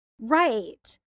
Right